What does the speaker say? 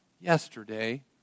yesterday